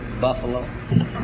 Buffalo